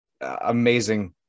amazing